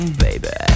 baby